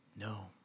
No